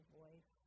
voice